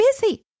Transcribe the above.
busy